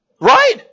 Right